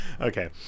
Okay